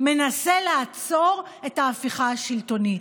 מנסה לעצור את ההפיכה השלטונית.